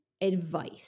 advice